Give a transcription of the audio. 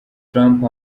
trump